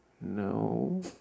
No